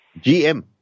GM